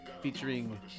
featuring